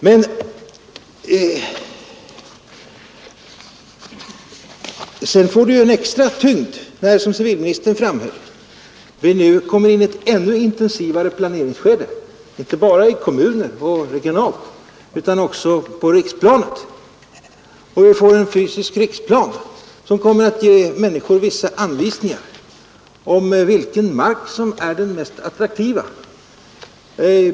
Men sedan får det hela en extra tyngd när, som civilministern framhöll, vi nu kommer in i ett ännu intensivare planeringsskede, inte bara i kommuner och regionalt utan också på riksplanet. Vi får ju en fysisk riksplan, som kommer att ge människor vissa anvisningar om vilken mark som är den mest attraktiva.